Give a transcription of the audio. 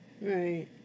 right